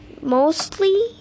mostly